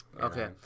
Okay